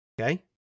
Okay